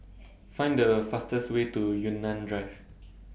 Find The fastest Way to Yunnan Drive